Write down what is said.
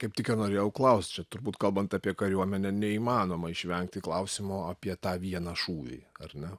kaip tik ir norėjau klaust čia turbūt kalbant apie kariuomenę neįmanoma išvengti klausimo apie tą vieną šūvį ar ne